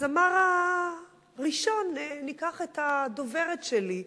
אז אמר הראשון: ניקח את הדוברת שלי,